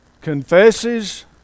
confesses